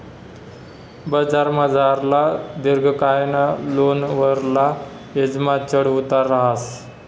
बजारमझारला दिर्घकायना लोनवरला याजमा चढ उतार रहास